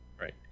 Right